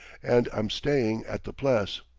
and i'm staying at the pless.